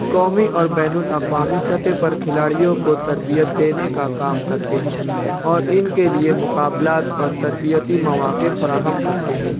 قومی اور بین الاقوامی سطح پر کھیلاڑیوں کو تربیت دینے کا کام کرتے ہیں اور اِن کے لیے مقابلات اور تربیتی مواقع فراہم کرتے ہیں